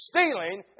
Stealing